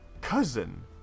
cousin